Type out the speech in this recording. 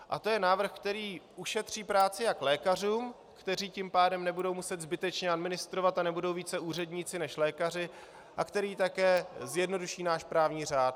To je návrh, který ušetří práci jak lékařům, kteří tím pádem nebudou muset zbytečně administrovat a nebudou více úředníky než lékaři, a který také zjednoduší náš právní řád.